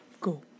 go